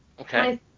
Okay